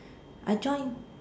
I join